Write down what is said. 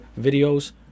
videos